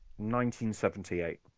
1978